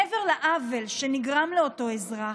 מעבר לעוול שנגרם לאותו אזרח,